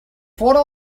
fora